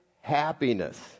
happiness